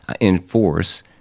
enforce